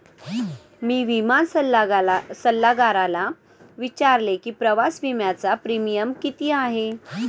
मी विमा सल्लागाराला विचारले की प्रवास विम्याचा प्रीमियम किती आहे?